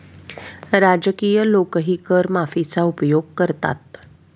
राजकीय लोकही कर माफीचा उपयोग करतात